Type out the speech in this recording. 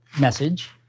message